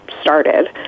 started